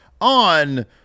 on